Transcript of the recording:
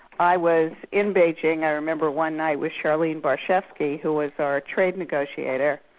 i was in beijing i remember one night, with charlene barshefsky, who was our trade negotiator,